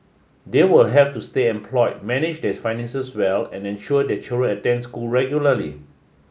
they will have to stay employed manage their finances well and ensure their children attend school regularly